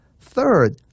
Third